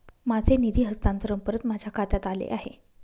माझे निधी हस्तांतरण परत माझ्या खात्यात आले आहे